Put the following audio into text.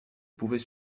pouvait